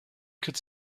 could